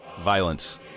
violence